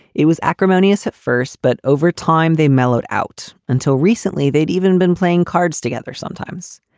it was acrimonious at first, but over time they mellowed out. until recently, they'd even been playing cards together sometimes.